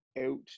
out